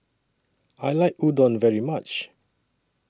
I like Udon very much